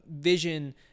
vision